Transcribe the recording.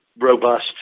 robust